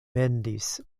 vendis